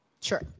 Sure